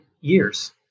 years